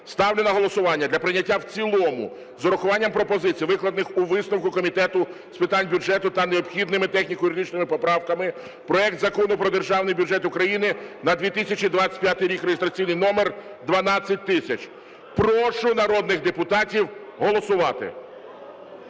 ставлю на голосування для прийняття в цілому з урахуванням пропозицій, викладених у висновку Комітету з питань бюджету, та необхідними техніко-юридичним поправками проект Закону про Державний бюджет України на 2025 рік (реєстраційний номер 12000). Прошу народних депутатів голосувати.